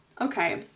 okay